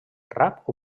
rap